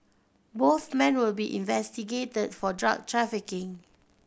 both men will be investigated for drug trafficking